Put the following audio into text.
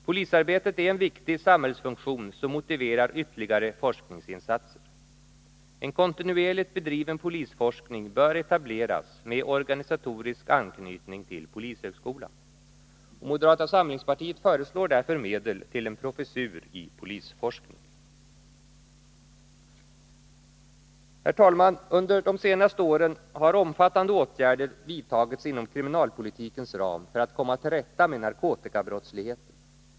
Polisarbetet är en viktig samhällsfunktion, som motiverar ytterligare forskningsinsatser. En kontinuerligt bedriven polisforskning bör etableras med organisatorisk anknytning till polishögskolan. Moderata samlingspartiet föreslår därför medel till en professur i polisforskning. Herr talman! Under de senaste åren har omfattande åtgärder vidtagits inom kriminalpolitikens ram för att man skall komma till rätta med narkotikabrottsligheten.